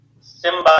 Simba